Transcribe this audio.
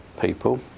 people